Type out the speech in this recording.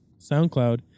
SoundCloud